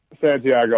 Santiago